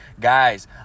Guys